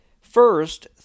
First